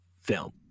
film